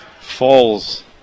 falls